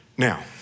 Now